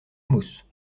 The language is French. mousse